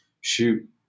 shoot